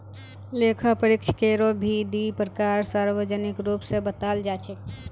लेखा परीक्षकेरो भी दी प्रकार सार्वजनिक रूप स बताल जा छेक